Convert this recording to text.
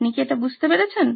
আপনি কি এটা বুঝতে পেরেছেন